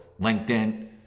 LinkedIn